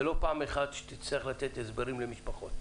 ולא פעם אחת שתצטרך לתת הסברים למשפחות.